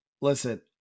listen